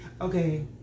Okay